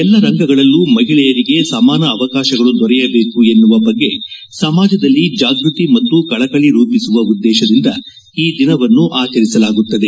ಎಲ್ಲ ರಂಗಗಳಲ್ಲೂ ಮಹಿಳೆಯರಿಗೆ ಸಮಾನ ಅವಕಾಶಗಳು ದೊರೆಯಜೇಕು ಎನ್ನುವ ಬಗ್ಗೆ ಸಮಾಜದಲ್ಲಿ ಜಾಗ್ಗತಿ ಮತ್ತು ಕಳಕಳ ರೂಪಿಸುವ ಉದ್ಗೇಶದಿಂದ ಈ ದಿನವನ್ನು ಆಚರಿಸಲಾಗುತ್ತದೆ